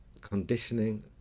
conditioning